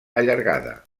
allargada